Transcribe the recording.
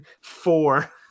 four